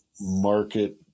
market